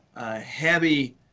heavy